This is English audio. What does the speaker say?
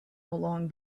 along